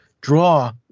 draw